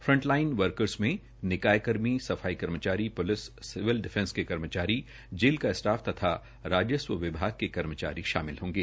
frontline workers में निकाय कर्मी सफाई कर्मचारी प्लिस सिविल डिफेंस के कर्मचारी जेल का स्टाफ तथा राजस्व विभाग के कर्मचारी शामिल होंगे